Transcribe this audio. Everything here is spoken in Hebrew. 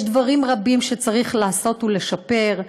יש דברים רבים שצריך לעשות ולשפר.